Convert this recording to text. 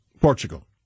Portugal